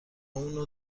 اونو